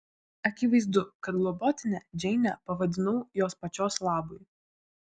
akivaizdu kad globotine džeinę pavadinau jos pačios labui